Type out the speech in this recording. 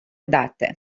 date